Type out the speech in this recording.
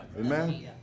Amen